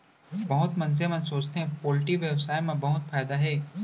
बहुत मनसे मन सोचथें पोल्टी बेवसाय म बहुत फायदा हे